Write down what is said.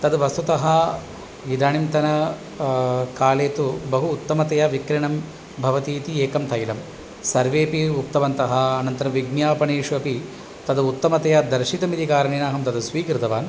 तद् वस्तुतः इदानीन्तन काले तु बहु उत्तमतया विक्रयणं भवति इति एकं तैलं सर्वेऽपि उक्तवन्तः अनन्तरं विज्ञापनेषु अपि तद् उत्तमतया दर्शितम् इति कारणेन अहं तद् स्वीकृतवान्